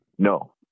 No